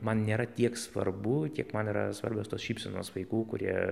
man nėra tiek svarbu kiek man yra svarbios tos šypsenos vaikų kurie